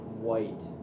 white